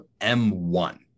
M1